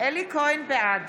בעד